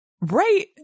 Right